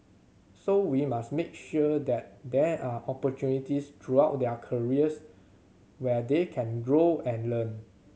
so we must make sure that there are opportunities throughout their careers where they can grow and learn